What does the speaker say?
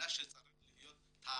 אלא צריך להיות תהליך.